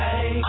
Hey